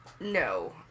No